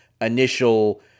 initial